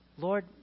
Lord